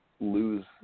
lose